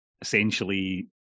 essentially